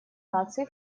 наций